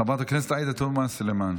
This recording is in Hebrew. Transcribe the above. חברת הכנסת עאידה תומא סלימאן,